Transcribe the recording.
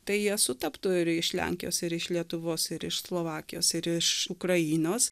tai jie sutaptų ir iš lenkijos ir iš lietuvos ir iš slovakijos ir iš ukrainos